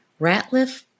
Ratliff